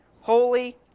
holy